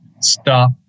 stop